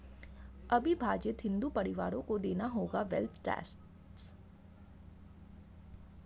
अविभाजित हिंदू परिवारों को देना होगा वेल्थ टैक्स